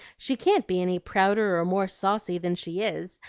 she can't be any prouder or more saucy than she is,